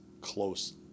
close